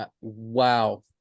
Wow